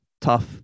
Tough